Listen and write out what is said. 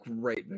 Great